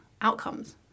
outcomes